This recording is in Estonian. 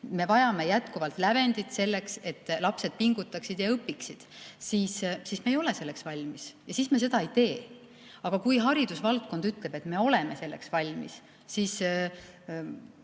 me vajame jätkuvalt lävendit selleks, et lapsed pingutaksid ja õpiksid, siis me ei ole selleks valmis ja siis me seda ei tee. Aga kui haridusvaldkond ütleb, et me oleme selleks valmis, siis